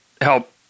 help